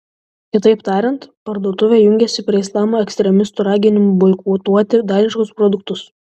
kitaip tariant parduotuvė jungiasi prie islamo ekstremistų raginimų boikotuoti daniškus produktus